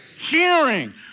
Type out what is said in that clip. hearing